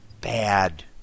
bad